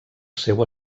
seua